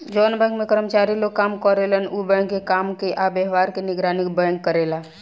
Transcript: जवन बैंक में कर्मचारी लोग काम करेलन उ लोग के काम के आ व्यवहार के निगरानी बैंक करेला